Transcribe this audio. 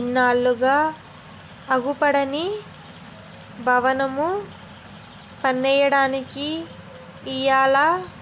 ఇన్నాళ్లుగా అగుపడని బవనము పన్నెయ్యడానికి ఇయ్యాల